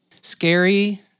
scary